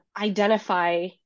identify